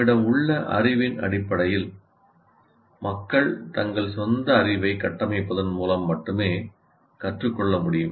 நம்மிடம் உள்ள அறிவின் அடிப்படையில் இதற்கு விதிவிலக்கல்ல மக்கள் தங்கள் சொந்த அறிவைக் கட்டமைப்பதன் மூலம் மட்டுமே கற்றுக்கொள்ள முடியும்